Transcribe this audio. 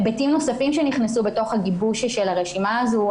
היבטים נוספים שנכנסו בגיבוש הרשימה הזאת,